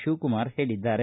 ಶಿವಕುಮಾರ ಹೇಳಿದ್ದಾರೆ